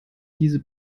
diese